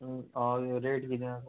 हय रेट किदें आसा